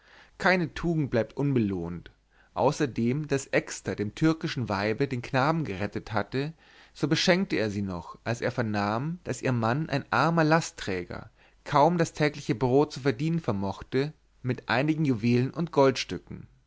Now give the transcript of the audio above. keine tugend bleibt unbelohnt außer dem daß exter dem türkischen weibe den knaben gerettet hatte so beschenkte er sie noch als er vernahm daß ihr mann ein armer lastträger kaum das tägliche brot zu verdienen vermochte mit einigen juwelen und goldstücken